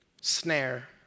snare